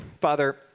Father